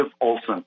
Olson